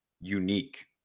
unique